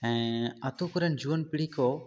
ᱟᱛᱳ ᱠᱚᱨᱮᱱ ᱡᱩᱣᱟᱹᱱ ᱯᱤᱲᱦᱤ ᱠᱚ